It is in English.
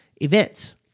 events